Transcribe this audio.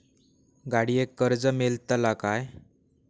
गाडयेक कर्ज मेलतला काय?